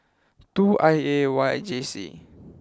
two I A Y J C